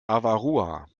avarua